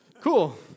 cool